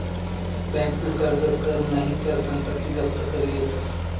बँकन कर्ज कर नही तर संपत्ती जप्त करी लेतस